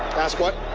ask what?